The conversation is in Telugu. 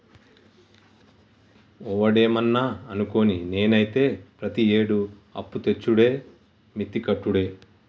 ఒవడేమన్నా అనుకోని, నేనైతే ప్రతియేడూ అప్పుతెచ్చుడే మిత్తి కట్టుడే